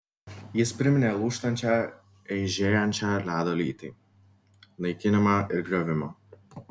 jis priminė lūžtančią eižėjančią ledo lytį naikinimą ir griovimą